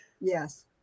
yes